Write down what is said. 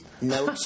no